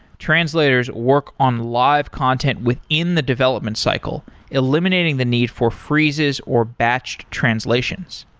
translators work on live content within the development cycle, eliminating the need for freezes or batched translations.